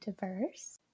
diverse